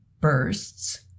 bursts